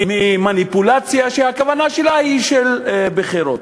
ממניפולציה שהכוונה שלה היא של בחירות.